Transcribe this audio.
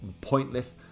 pointless